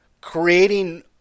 creating